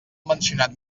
mencionat